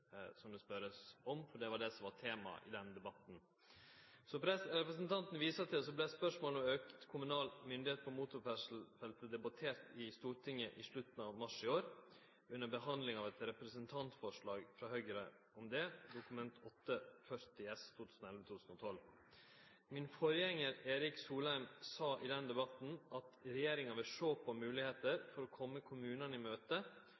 det vert spurt om, for det var det som var tema i den debatten. Som representanten viser til, vart spørsmålet om auka kommunal myndigheit på motorferdsel debattert i Stortinget i slutten av mars i år under behandling av eit representantforslag frå Høgre om det, Dokument 8:40 S for 2011–2012. Min forgjengar, Erik Solheim, sa i den debatten at regjeringa vil sjå på moglegheiter for å kome kommunane i møte